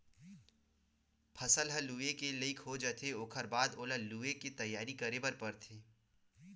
फसल ह लूए के लइक हो जाथे ओखर बाद ओला लुवे के तइयारी करे बर परथे